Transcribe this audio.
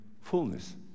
fullness